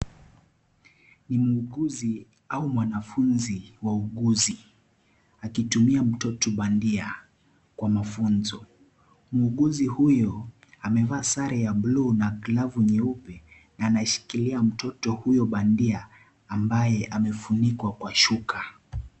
Ni muuguzi au mwanafunzi wauguzi akitumia mtoto bandia kwa mafunzo, muuguzi huyo amevaa sare ya bulu na glavu nyeupe na anashikilia mtoto huyo bandia ambaye amefunikwa kwa shuka.